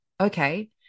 Okay